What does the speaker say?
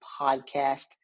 Podcast